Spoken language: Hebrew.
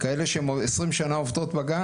כאלה ש-20 שנה הן עובדות בגן,